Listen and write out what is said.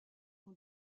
ont